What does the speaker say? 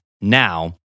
now